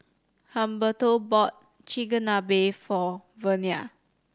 Humberto bought Chigenabe for Vernia